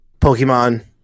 Pokemon